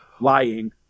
lying